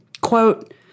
quote